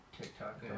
TikTok